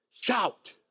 Shout